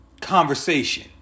conversation